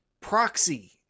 proxy